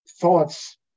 thoughts